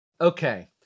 Okay